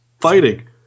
fighting